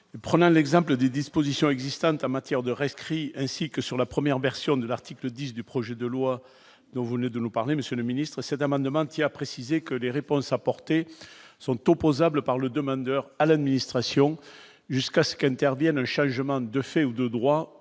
prenant l'exemple des dispositions existantes en matière de rescrit ainsi que sur la première version de l'article 10 du projet de loi dont vous ne de nous parler, Monsieur le Ministre, cet amendement, qui a précisé que les réponses apportées sont opposables par le demandeur à l'administration, jusqu'à ce qu'elle intervienne un chargement de fait ou de droit,